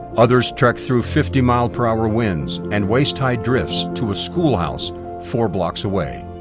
others trekked through fifty mile per hour winds and waist-high drifts to a schoolhouse four blocks away.